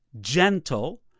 gentle